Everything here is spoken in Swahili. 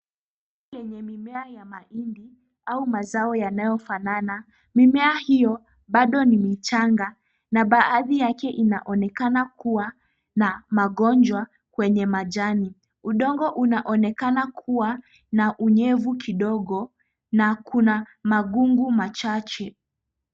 Lenye mimea ya mahindi au mazao yanayofanana. Mimea hiyo bado ni michanga na baadhi yake inaonekana kuwa na magonjwa kwenye majani. Udongo unaonekana kuwa na unyevu kidogo na kuna magungu machache.